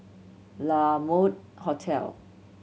La Mode Hotel